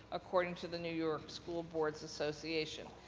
according to the new york school board association.